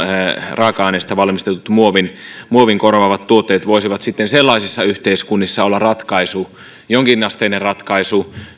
raaka aineista valmistetut muovin muovin korvaavat tuotteet voisivat sitten sellaisissa yhteiskunnissa olla ratkaisu jonkinasteinen ratkaisu